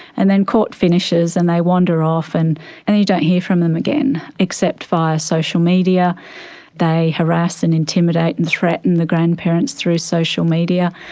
and then court finishes and they wander off and and you don't hear from them again, except via social media they harass and intimidate and threaten the grandparents through social media.